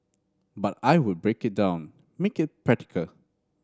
but I would break it down make it practical